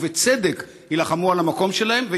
ובצדק יילחמו על המקום שלהן,